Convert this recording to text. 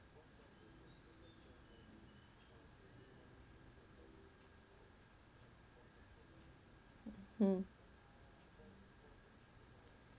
mm